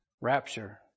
rapture